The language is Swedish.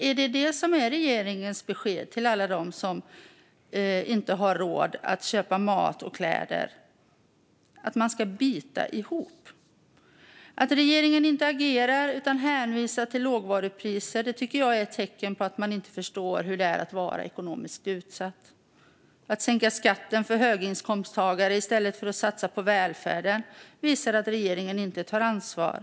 Är detta regeringens besked - att man ska bita ihop - till alla dem som inte har råd att köpa mat och kläder? Att regeringen inte agerar utan hänvisar till lågprisvaror är ett tecken på att man inte förstår hur det är att vara ekonomiskt utsatt. Att man sänker skatten för höginkomsttagare i stället för att satsa på välfärden visar att regeringen inte tar ansvar.